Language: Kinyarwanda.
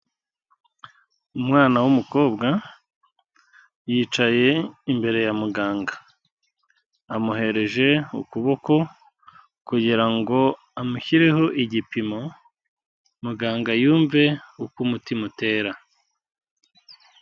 Umwana w'umukobwa yicaye imbere ya muganga. Amuhereje ukuboko kugira ngo amushyireho igipimo muganga yumve uko umutima utera.